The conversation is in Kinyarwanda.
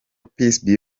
peace